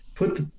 put